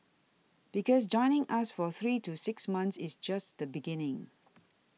because joining us for three to six months is just the beginning